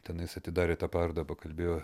tenais atidarė tą parodą pakalbėjo